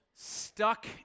Stuck